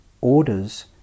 orders